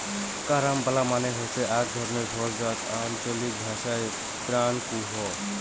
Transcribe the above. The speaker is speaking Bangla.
কারাম্বলা মানে হসে আক ধরণের ফল যাকে আঞ্চলিক ভাষায় ক্রাঞ্চ কুহ